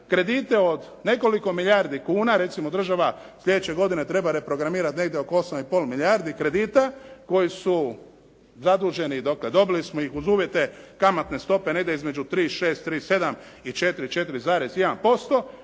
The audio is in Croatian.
kredite od nekoliko milijardi kuna, recimo država sljedeće godine treba reprogramirati negdje oko 8,5 milijardi kredita koji su zaduženi, dakle dobili smo ih uz uvjete kamatne stope negdje između 3,6, 3,7 i 4, 4,1%,